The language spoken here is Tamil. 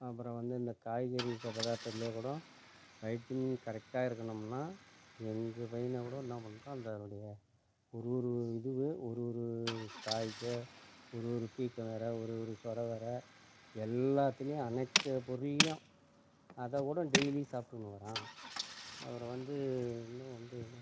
அப்புறம் வந்து இந்த காய்கறி க பதாரத்துலே கூடோ வைட்டமின் கரெக்டாக இருக்கணும்னா எங்கள்ப் பையனாக்கூட என்ன பண்ணுறான் அந்தனுடைய ஒரு ஒரு இதுவும் ஒரு ஒரு காய்க்கு ஒரு ஒரு பீக்கவெர ஒரு ஒரு சொரவெர எல்லாத்துலேயும் அனைத்து பொருள்லியும் அதைக்கூட டெய்லியும் சாப்பிட்டுன்னு வரான் அப்புறம் வந்து இன்னும் வந்து